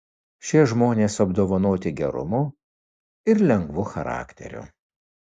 šie žmonės apdovanoti gerumu ir lengvu charakteriu